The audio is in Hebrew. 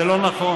זה לא נכון.